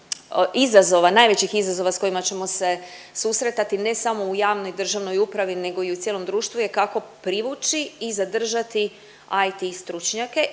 najvećih izazova s kojima ćemo se susretati ne samo u javnoj i državnoj upravi nego i u cijelom društvu je kako privući i zadržati IT stručnjake i